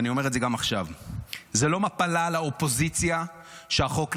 ואני אומר את זה גם עכשיו: זו לא מפלה לאופוזיציה שהחוק נפל,